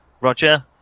Roger